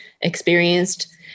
experienced